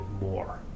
more